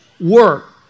work